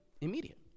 immediate